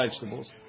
vegetables